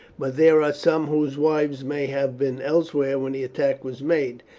but there are some whose wives may have been elsewhere when the attack was made.